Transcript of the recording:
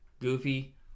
Goofy